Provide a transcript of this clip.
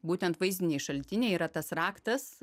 būtent vaizdiniai šaltiniai yra tas raktas